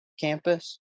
campus